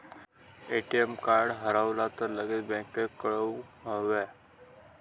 ATM card हरवला तर लगेच बँकेत कळवुक हव्या